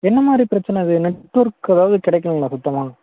என்ன மாதிரி பிரச்சனை அது நெட்ஒர்க்கு அதாவது கிடைக்கலைங்களா சுத்தமாக